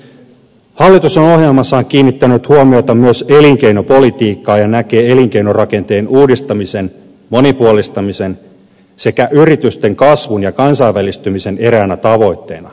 hallitus on ohjelmassaan kiinnittänyt huomiota myös elinkeinopolitiikkaan ja näkee elinkeinorakenteen uudistamisen monipuolistamisen sekä yritysten kasvun ja kansainvälistymisen eräänä tavoitteena